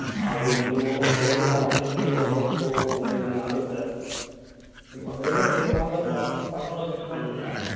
ಅದು ನೀವು ಬೆಳಗ್ಗೆ ನಾವು ಅಂಗಡಿ ತೆಗೆಯೋದು ಒಂಬತ್ತೂವರೆ ಮೇಲೆ ಆಗುತ್ತೆ ನೀವು ಒಂದು ಐಡಿಯಾ ಮಾಡಿ ಏನಾಗಲ್ಲ ರಾತ್ರಿ ತಗೊಂಡೋಗಿ ಇಟ್ಕೊಂಡ್ರೂ